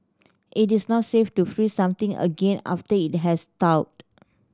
it is not safe to freeze something again after it has thawed